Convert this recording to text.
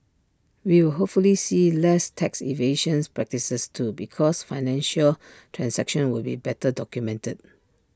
we will hopefully see less tax evasion practices too because financial transactions will be better documented